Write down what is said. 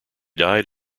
died